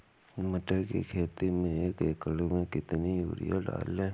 मटर की खेती में एक एकड़ में कितनी यूरिया डालें?